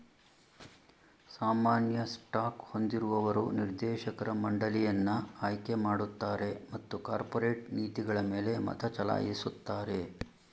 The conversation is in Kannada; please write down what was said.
ಸಾಮಾನ್ಯ ಸ್ಟಾಕ್ ಹೊಂದಿರುವವರು ನಿರ್ದೇಶಕರ ಮಂಡಳಿಯನ್ನ ಆಯ್ಕೆಮಾಡುತ್ತಾರೆ ಮತ್ತು ಕಾರ್ಪೊರೇಟ್ ನೀತಿಗಳಮೇಲೆ ಮತಚಲಾಯಿಸುತ್ತಾರೆ